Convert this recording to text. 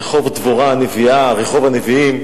רחוב דבורה הנביאה, רחוב הנביאים,